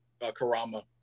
Karama